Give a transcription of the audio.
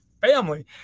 family